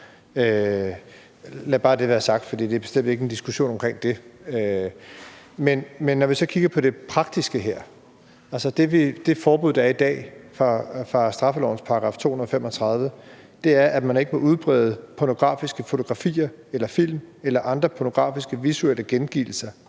Lad bare det være sagt, for det er bestemt ikke en diskussion omkring det. Men vi kigger så på det praktiske her, og det forbud, der er i dag, efter straffelovens § 235, er, at man ikke må udbrede pornografiske fotografier eller film eller andre pornografiske visuelle gengivelser